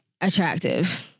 attractive